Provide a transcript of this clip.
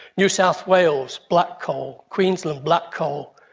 new south wales, black coal. queensland, black coal.